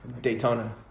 Daytona